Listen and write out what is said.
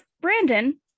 Brandon